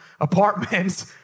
apartment